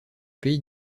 pays